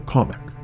Comic